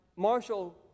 Marshall